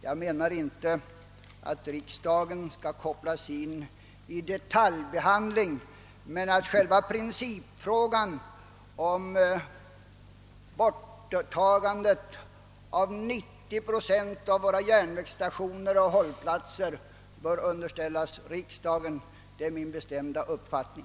Jag menar inte att riksdagen skail kopplas in i detaljbehandlingen, men att själva principfrågan om borttagandet av 90 procent av järnvägsstationer och hållplatser bör underställas riksdagen är min bestämda uppfattning.